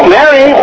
Mary